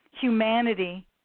humanity